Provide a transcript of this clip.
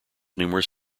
numerous